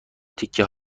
تکه